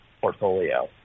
portfolio